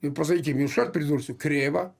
ir pasakykim iškart pridursiu krėva